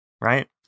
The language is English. right